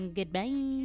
Goodbye